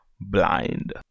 blind